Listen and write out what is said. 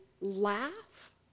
laugh